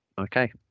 okay